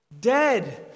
Dead